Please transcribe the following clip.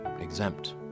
exempt